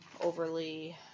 overly